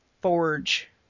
Forge